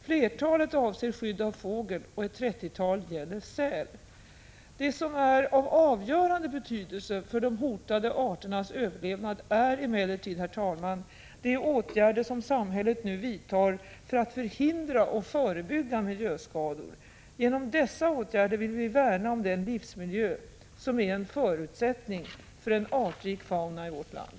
Flertalet avser skydd av fågel och ett trettiotal gäller säl. Herr talman! Det som är av avgörande betydelse för de hotade arternas överlevnad är emellertid de åtgärder som samhället nu vidtar för att förhindra och förebygga miljöskador. Genom dessa åtgärder vill vi värna om den livsmiljö som är en förutsättning för en artrik fauna i vårt land.